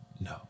No